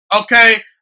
okay